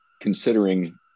considering